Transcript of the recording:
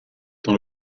dans